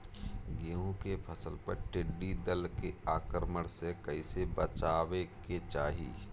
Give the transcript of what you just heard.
गेहुँ के फसल पर टिड्डी दल के आक्रमण से कईसे बचावे के चाही?